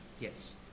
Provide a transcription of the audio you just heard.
Yes